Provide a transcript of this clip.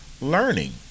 learning